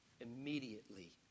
immediately